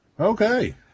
Okay